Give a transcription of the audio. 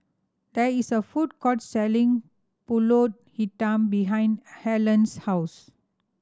there is a food court selling Pulut Hitam behind Alleen's house